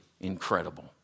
incredible